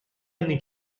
anni